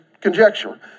conjecture